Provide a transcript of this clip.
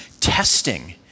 testing